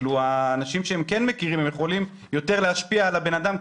שאנשים שכן מכירים יכולים יותר להשפיע על הבן אדם,